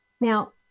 Now